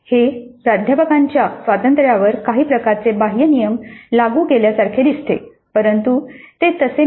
हे प्राध्यापकांच्या स्वातंत्र्यावर काही प्रकारचे बाह्य नियम लागू केल्यासारखे दिसते परंतु ते तसे नाही